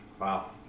wow